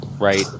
Right